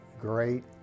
great